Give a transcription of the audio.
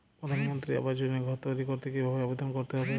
প্রধানমন্ত্রী আবাস যোজনায় ঘর তৈরি করতে কিভাবে আবেদন করতে হবে?